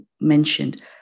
mentioned